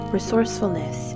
Resourcefulness